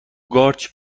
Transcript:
قارچ